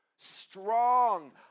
Strong